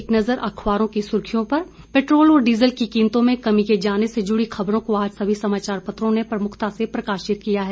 एक नज़र अखबारों की सुर्खियों पर पैट्रोल और डीजल की कीमतों में कमी किए जाने से जुड़ी खबर को आज सभी समाचार पत्रों ने प्रमुखता से प्रकाशित किया है